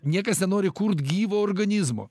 niekas nenori kurt gyvo organizmo